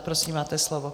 Prosím, máte slovo.